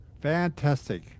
Fantastic